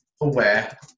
aware